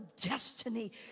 destiny